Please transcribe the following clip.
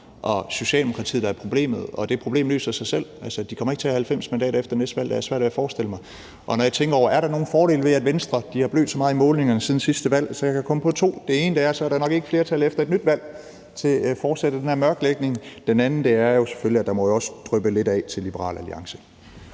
og Socialdemokratiet, der er problemet, og det problem løser sig selv. De kommer ikke til at have 90 mandater efter næste valg; det har jeg svært ved at forestille mig. Og når jeg tænker over, om der er nogen fordele ved, at Venstre har blødt så meget i målingerne siden sidste valg, så kan jeg komme på to. Den ene er, at der så nok ikke er flertal efter et nyt valg for at fortsætte den her mørklægning. Den anden er selvfølgelig, at der jo også må dryppe lidt af til Liberal Alliance.